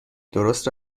درست